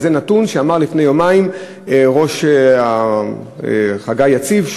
זה נתון שאמר לפני יומיים חגי יציב,